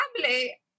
family